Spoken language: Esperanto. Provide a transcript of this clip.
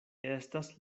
estas